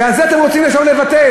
ואת זה אתם רוצים עכשיו לבטל?